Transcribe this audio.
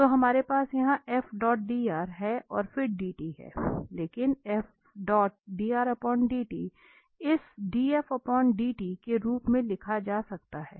तो हमारे पास यहां और फिर dt है लेकिन इसे df dt के रूप में लिखा जा सकता है